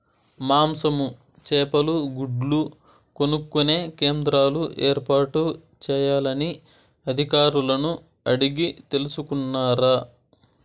మాంసము, చేపలు, గుడ్లు కొనుక్కొనే కేంద్రాలు ఏర్పాటు చేయాలని అధికారులను అడిగి తెలుసుకున్నారా?